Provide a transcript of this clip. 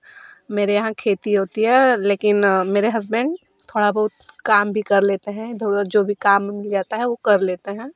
मेरे यहाँ खेती होती है लेकिन मेरे हस्बैंड थोड़ा बहुत काम भी कर लेते हैं जो भी काम मिल जाता है वह कर लेते हैं